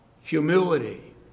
humility